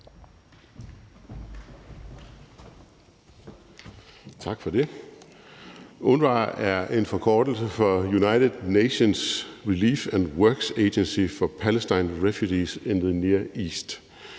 UNRWA er en forkortelse for United Nations Relief and Works Agency for Palestine Refugees in the Near East.